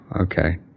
okay